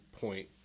point